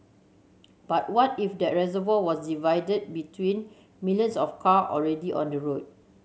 but what if that reservoir was divided between millions of car already on the road